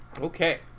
Okay